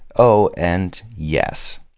oh, and yes,